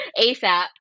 ASAP